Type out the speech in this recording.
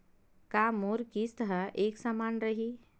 का मोर किस्त ह एक समान रही?